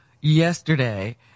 yesterday